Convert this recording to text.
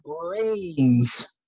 Brains